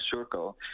circle